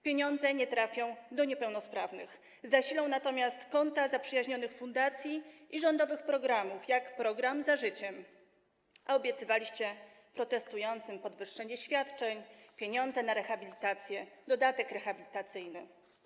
Pieniądze nie trafią do niepełnosprawnych, natomiast zasilą konta zaprzyjaźnionych fundacji i rządowych programów, takich jak program „Za życiem”, a obiecywaliście protestującym podwyższenie świadczeń, pieniądze na rehabilitację, dodatek rehabilitacyjny.